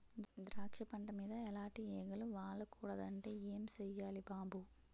ద్రాక్ష పంట మీద ఎలాటి ఈగలు వాలకూడదంటే ఏం సెయ్యాలి బాబూ?